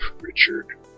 Richard